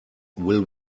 will